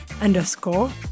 underscore